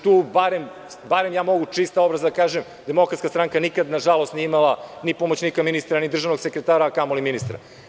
Tu mogu čista obraza da kažem – DS nikad, nažalost, nije imala ni pomoćnika ministra, ni državnog sekretara, a kamo li ministra.